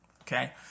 okay